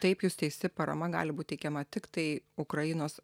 taip jūs teisi parama gali būt teikiama tiktai ukrainos